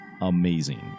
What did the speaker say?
amazing